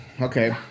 Okay